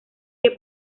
que